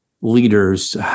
leaders